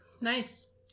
nice